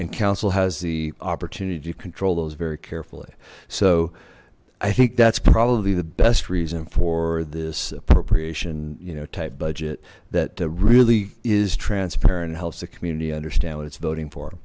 and council has the opportunity to control those very carefully so i think that's probably the best reason for this appropriation you know tight budget that really is transparent helps the community understand what its voting for